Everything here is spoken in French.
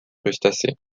crustacés